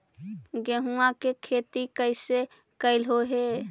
गेहूआ के खेती कैसे कैलहो हे?